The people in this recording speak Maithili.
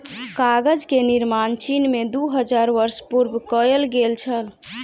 कागज के निर्माण चीन में दू हजार वर्ष पूर्व कएल गेल छल